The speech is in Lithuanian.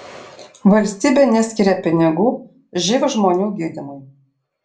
valstybė neskiria pinigų živ žmonių gydymui